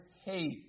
hate